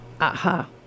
Aha